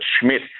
Schmidt